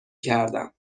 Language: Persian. کردم